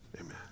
amen